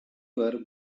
were